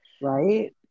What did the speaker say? right